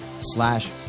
slash